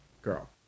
Girl